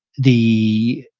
the,